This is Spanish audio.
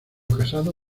casado